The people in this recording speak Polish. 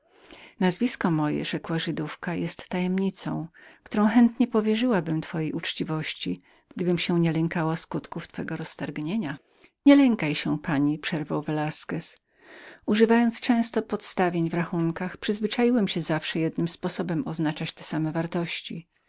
nazwisko moje rzekła żydówka jest tajemnicą którą chętnie powierzyłabym twojej uczciwości gdybym się nie lękała skutków twego roztargnienia nie lękaj się pani przerwał velasquez za pomocą częstego używania substancyi w rachunkach przyzwyczaiłem się zawsze jednym sposobem oznaczać te same wartości